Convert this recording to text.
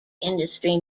industry